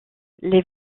les